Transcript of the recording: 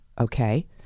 okay